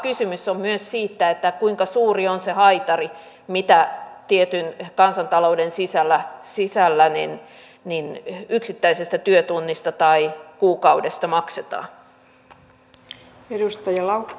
kysymys on myös siitä kuinka suuri on se haitari mitä tietyn kansantalouden sisällä yksittäisestä työtunnista tai kuukaudesta maksetaan